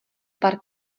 pár